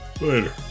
Later